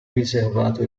riservato